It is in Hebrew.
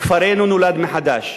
כפרנו נולד מחדש,